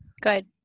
Good